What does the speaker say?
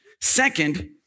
Second